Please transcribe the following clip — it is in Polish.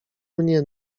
mnie